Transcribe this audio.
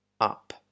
up